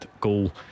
goal